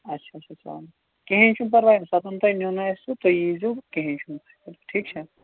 اچھا اچھا چلو کِہیٖنۍ چھُنہٕ پرواے ییٚمہِ ساتَن تۄہہِ نِیُن آسوٕ تُہۍ یی زیو کِہیٖنۍ چھُنہٕ پرواے ٹھیٖک چھا